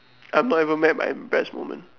I'm not even mad but impressed moment